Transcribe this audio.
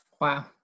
Wow